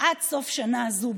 עד סוף שנה זו,